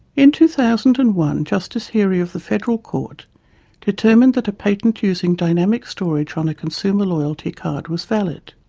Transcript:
in two thousand and one justice heerey of the federal court determined that a patent using dynamic storage on a consumer loyalty card was valid.